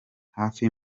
hafi